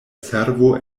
servo